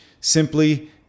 simply